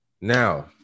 Now